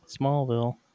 Smallville